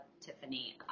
Tiffany